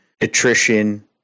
attrition